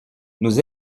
nous